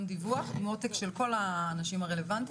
דיווח עם עותק של כל האנשים הרלוונטיים,